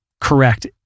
correct